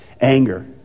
anger